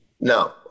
No